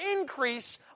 increase